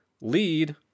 lead